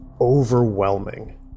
overwhelming